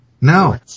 No